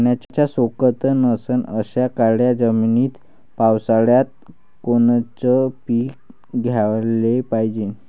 पाण्याचा सोकत नसन अशा काळ्या जमिनीत पावसाळ्यात कोनचं पीक घ्याले पायजे?